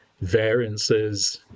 variances